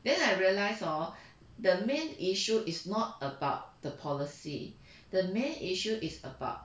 then I realise hor the main issue is not about the policy the main issue is about